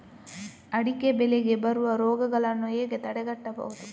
ಅಡಿಕೆ ಬೆಳೆಗೆ ಬರುವ ರೋಗಗಳನ್ನು ಹೇಗೆ ತಡೆಗಟ್ಟಬಹುದು?